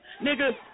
Nigga